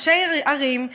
ראשי ערים,